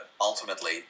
ultimately